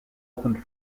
opened